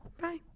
Bye